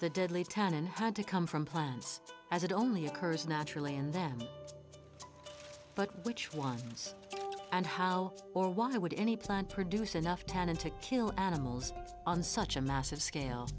the dead leave town and had to come from plants as it only occurs naturally in them but which ones and how or why would any plant produce enough talent to kill animals on such a massive scale